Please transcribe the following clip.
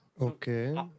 Okay